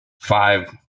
Five